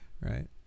right